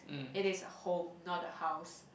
it is a home not a house